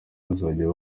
bazajya